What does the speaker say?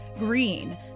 Green